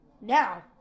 now